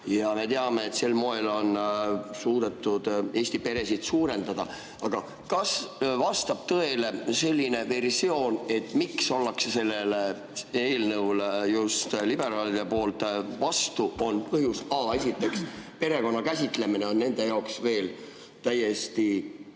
Me teame, et ka sel moel on suudetud Eestis peresid suurendada. Aga kas vastab tõele selline versioon, et sellele eelnõule on just liberaalid vastu sel põhjusel, et esiteks, perekonna käsitlemine on nende jaoks veel täiesti